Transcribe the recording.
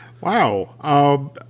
Wow